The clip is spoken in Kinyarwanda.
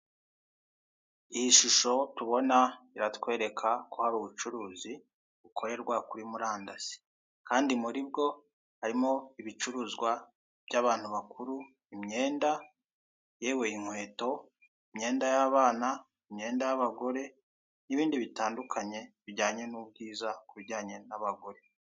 Iyi shusho tubona iratwereka ko hari ubucuruzi bukorerwa kuri murandasi, kandi muri bwo harimo ibicuruzwa by'abantu bakuru, imyenda, yewe inkweto, imyenda y'abana, imyenda y'abagore n'ibindi bitandukanye bijyanye n'ubwiza ku bijyanye n'abagore.